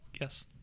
Yes